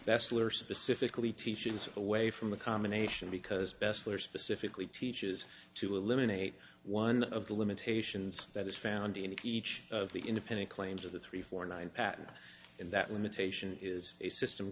were specifically teaches away from the combination because bessler specifically teaches to eliminate one of the limitations that is found in each of the independent claims of the three four nine pattern in that limitation is a system